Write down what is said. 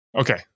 okay